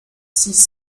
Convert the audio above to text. six